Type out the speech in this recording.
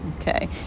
Okay